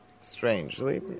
strangely